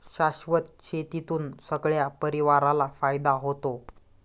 शाश्वत शेतीतून सगळ्या परिवाराला फायदा होतो